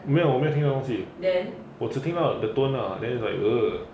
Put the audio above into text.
没有我没有听到东西我只听到 the tone lah then like ugh